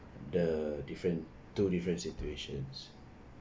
the different two different situations